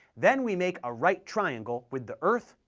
then we make a right triangle with the earth,